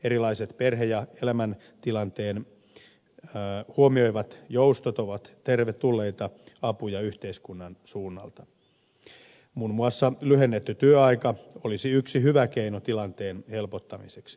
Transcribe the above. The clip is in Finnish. erilaiset perhe ja elämäntilanteen huomioivat joustot ovat tervetulleita apuja yhteiskunnan suunnalta muun muassa lyhennetty työaika olisi yksi hyvä keino tilanteen helpottamiseksi